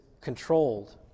controlled